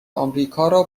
آمریکا